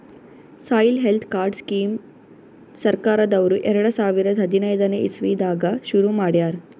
soil health card scheme ಸರ್ಕಾರ್ದವ್ರು ಎರಡ ಸಾವಿರದ್ ಹದನೈದನೆ ಇಸವಿದಾಗ ಶುರು ಮಾಡ್ಯಾರ್